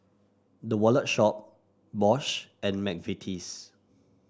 The Wallet Shop Bosch and McVitie's